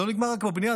זה לא נגמר רק בבניין.